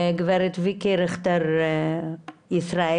גב' ויקי ריכטר ישראלי.